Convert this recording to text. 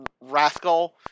Rascal